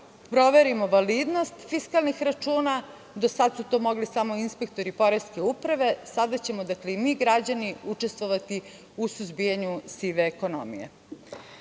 proverimo validnost fiskalnih računa. Do sada su to mogli samo inspektori poreske uprave. Sada ćemo i mi građani učestvovati u suzbijanju sive ekonomije. Bez